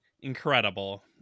Incredible